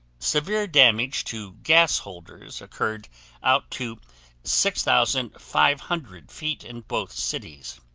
severe damage to gas holders occured out to six thousand five hundred feet in both cities.